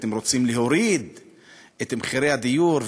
אתם רוצים להוריד את מחירי הדיור,